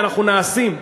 ואנחנו נעשה.